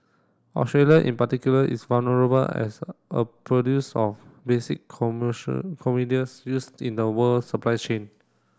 Australia in particular is vulnerable as a produce of basic commercial used in the world supply chain